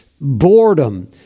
boredom